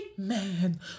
Man